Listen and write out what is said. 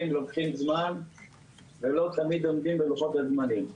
לוקחים זמן ולא תמיד עומדים בלוחות הזמנים,